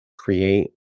create